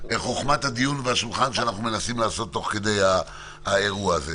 חוכמת הדיון והשולחן שאנחנו מנסים להשיג תוך כדי האירוע הזה.